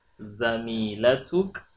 Zamilatuk